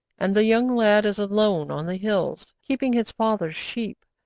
and the young lad is alone on the hills, keeping his father's sheep.